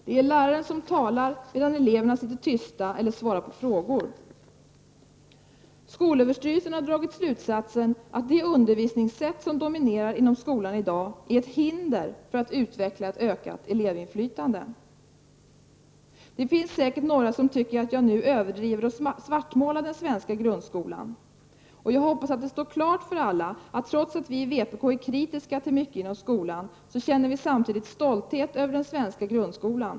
Det är läraren som talar, medan eleverna sitter tysta eller svarar på frågor. Skolöverstyrelsen har dragit slutsatsen att det undervisningssätt som dominerar inom skolan i dag är ett hinder för att utveckla ett ökat elevinflytande. Det finns säkert några som tycker att jag överdriver och svartmålar den svenska grundskolan. Jag hoppas att det skall stå klart för alla att trots att vi i vpk är kritiska till mycket inom skolan, känner vi samtidigt stolthet över den svenska grundskolan.